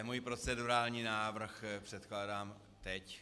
Svůj procedurální návrh předkládám teď.